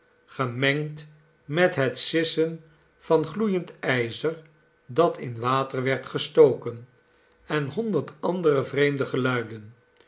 gemengd met het sissen van gloeiend ijzer dat in water werd gestoken en honderd andere vreemde geluiden